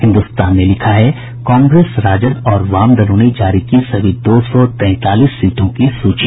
हिन्दुस्तान ने लिखा है कांग्रेस राजद और वाम दलों ने जारी की सभी दो सौ तैंतालीस सीटों की सूची